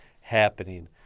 happening